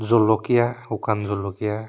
জলকীয়া শুকান জলকীয়া